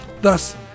thus